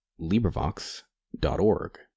librivox.org